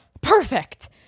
perfect